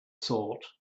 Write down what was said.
thought